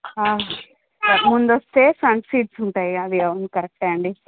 ముందు వస్తే front seats ఉంటాయి అవి అవును కరెక్ట్ అండి